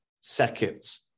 seconds